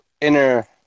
inner